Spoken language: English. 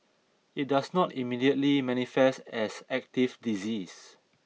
it does not immediately manifest as active disease